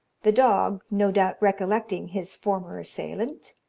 the dog, no doubt recollecting his former assailant,